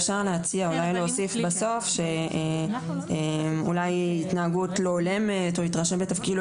אפשר להציע אולי להוסיף בסוף התנהגות לא הולמת או התרשל בתפקידו.